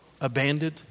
abandoned